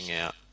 out